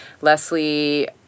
Leslie